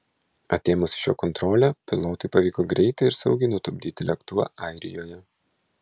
atėmus iš jo kontrolę pilotui pavyko greitai ir saugiai nutupdyti lėktuvą airijoje